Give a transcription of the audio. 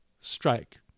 strike